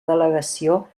delegació